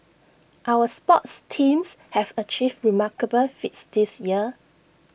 our sports teams have achieved remarkable feats this year